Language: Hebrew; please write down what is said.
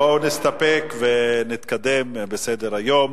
בואו נסתפק ונתקדם בסדר-היום.